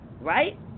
Right